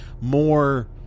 more –